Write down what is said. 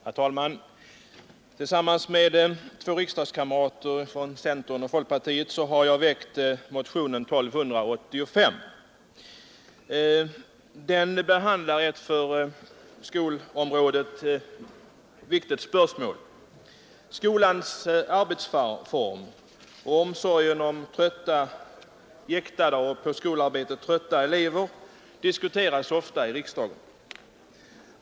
Herr talman! Tillsammans med två riksdagskamrater från centern och folkpartiet har jag väckt motionen 1235. Den behandlar ett för skolområdet viktigt spörsmål. Skolans arbetsformer och omsorgen om jäktade och på skolarbetet trötta elever diskuteras ofta i riksdagen.